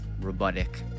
robotic